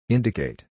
Indicate